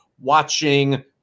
watching